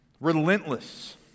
Relentless